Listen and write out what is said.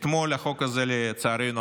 אתמול החוק הזה, לצערנו,